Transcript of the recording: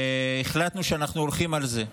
והחלטנו שאנחנו הולכים על זה.